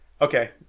Okay